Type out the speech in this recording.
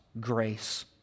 grace